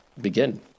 begin